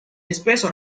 espeso